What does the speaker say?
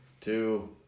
two